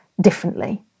differently